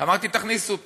אמרתי: תכניסו אותו.